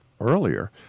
earlier